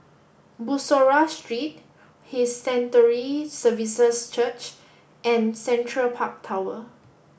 Bussorah Street His Sanctuary Services Church and Central Park Tower